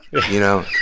you know?